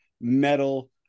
metal